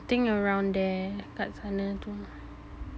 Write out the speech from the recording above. I think around there kat sana tu